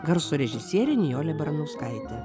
garso režisierė nijolė baranauskaitė